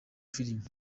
filime